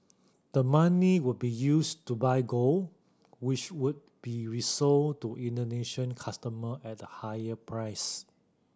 the money would be used to buy gold which would be resold to Indonesian customer at a higher price